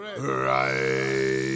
Right